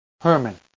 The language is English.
Herman